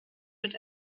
mit